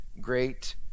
great